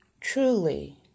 truly